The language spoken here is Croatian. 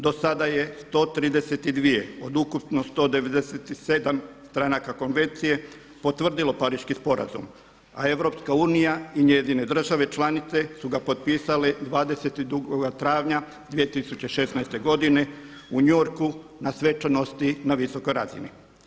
Do sada je 132 od ukupno 197 stranaka konvencije potvrdilo Pariški sporazum a EU i njezine države članice su ga potpisale 22. travnja 2016. godine u New Yorku na svečanosti na visokoj razini.